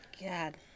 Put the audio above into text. God